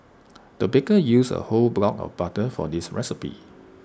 the baker used A whole block of butter for this recipe